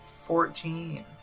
Fourteen